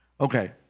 Okay